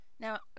Now